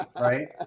right